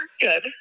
Good